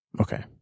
Okay